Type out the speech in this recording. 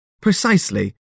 precisely